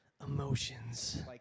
emotions